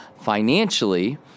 financially